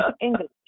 English